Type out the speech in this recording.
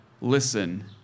listen